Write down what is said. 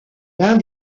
l’un